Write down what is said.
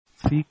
Seek